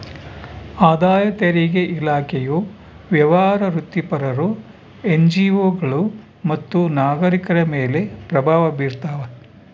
ಆದಾಯ ತೆರಿಗೆ ಇಲಾಖೆಯು ವ್ಯವಹಾರ ವೃತ್ತಿಪರರು ಎನ್ಜಿಒಗಳು ಮತ್ತು ನಾಗರಿಕರ ಮೇಲೆ ಪ್ರಭಾವ ಬೀರ್ತಾವ